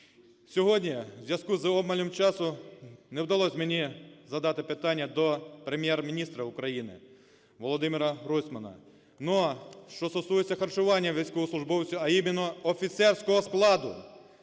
Сьогодні у зв'язку з обмаль часу не вдалося мені задати питання до Прем'єр-міністра України Володимира Гройсмана. Але що стосується харчування військовослужбовців, а іменно офіцерського складу